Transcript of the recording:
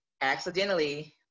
accidentally